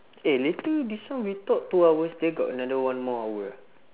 eh later this one we talk two hours still got another one more hour ah